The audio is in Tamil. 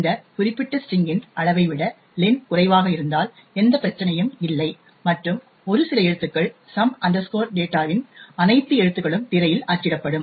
இந்த குறிப்பிட்ட ஸ்டிரிங் இன் அளவை விட len குறைவாக இருந்தால் எந்த பிரச்சனையும் இல்லை மற்றும் ஒரு சில எழுத்துக்கள் சம் டேட்டா some data இன் அனைத்து எழுத்துகளும் திரையில் அச்சிடப்படும்